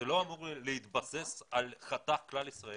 זה לא אמור להתבסס על חתך כלל ישראלי?